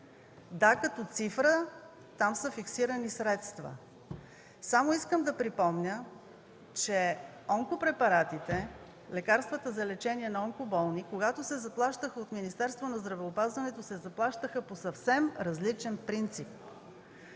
Да, като цифра там са фиксирани средства. Само искам да припомня, че онкопрепаратите, лекарствата за лечение на онкоболни, когато се заплащаха от Министерството на здравеопазването, се заплащаха по съвсем различен принцип.